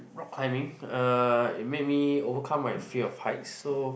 rock climbing uh it made me overcome my fear of heights so